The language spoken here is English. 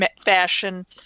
fashion